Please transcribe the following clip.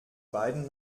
beiden